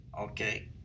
Okay